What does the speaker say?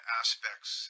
aspects